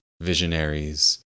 visionaries